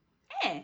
eh